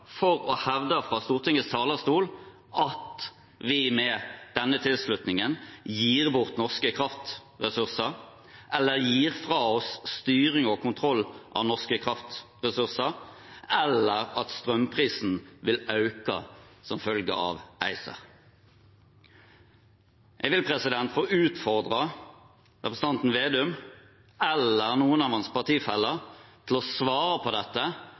for å hevde, fra Stortingets talerstol, at vi med denne tilslutningen gir bort norske kraftressurser eller gir fra oss styring og kontroll av norske kraftressurser, eller at strømprisen vil øke som følge av ACER. Jeg vil utfordre representanten Slagsvold Vedum eller noen av hans partifeller til å svare på dette